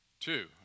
Two